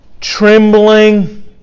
trembling